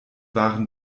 waren